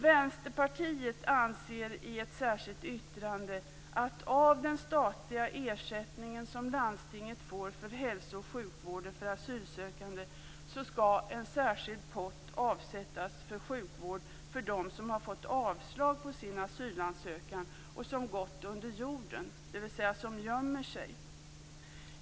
Vänsterpartiet anser i ett särskilt yttrande att en särskild pott av den statliga ersättning som landstingen får för hälso och sjukvården för asylsökande skall avsättas för sjukvård för dem som har fått avslag på sin asylansökan och som gått under jorden, dvs. som gömmer sig.